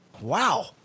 wow